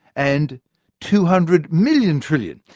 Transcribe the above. and two hundred million trillion!